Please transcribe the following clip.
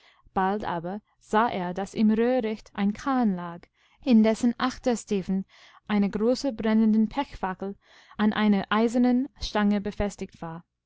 bald aber sah er daß im röhricht ein kahn lag in dessen achtersteven eine große brennende pechfackel an einer eisernen stange befestigt war